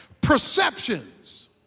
perceptions